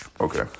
okay